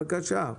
בבקשה.